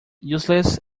useless